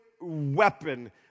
weapon